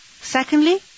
Secondly